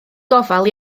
gofal